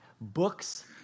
books